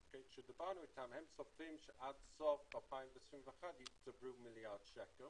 כרגע הם צופים שעד סוף 20121 יצטברו מיליארד שקלים.